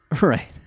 Right